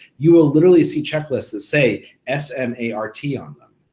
you will literally see checklists that say s m a r t on them,